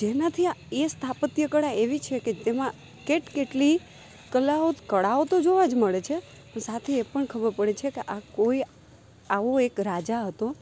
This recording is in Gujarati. જેનાથી આ એ સ્થાપત્યકળા એવી છે કે તેમાં કેટકેટલી કલાઓ કળાઓ તો જોવા જ મળે છે સાથે એ પણ ખબર પડે છે કે આ કોઈ આવો એક રાજા હતો